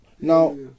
Now